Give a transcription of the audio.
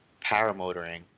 paramotoring